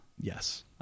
Yes